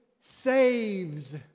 saves